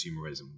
consumerism